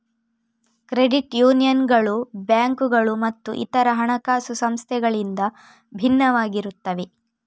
credit ಯೂನಿಯನ್ಗಳು ಬ್ಯಾಂಕುಗಳು ಮತ್ತು ಇತರ ಹಣಕಾಸು ಸಂಸ್ಥೆಗಳಿಂದ ಭಿನ್ನವಾಗಿರುತ್ತವೆ